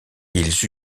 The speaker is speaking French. ils